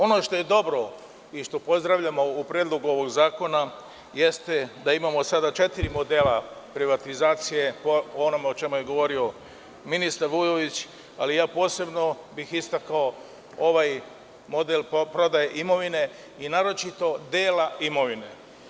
Ono što je dobro i što pozdravljamo u predlogu ovog zakona jeste da imamo sada četiri modela privatizacije, to je ono što je govorio ministar Vujović, ali bih posebno istakao ovaj model prodaje imovine i naročito dela imovine.